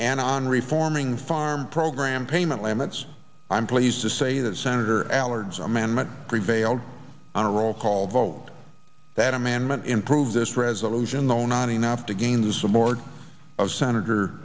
and on reforming farm program payment limits i'm pleased to say that senator allard so amendment prevailed on a roll call vote that amendment improve this resolution though not enough to gain the support of senator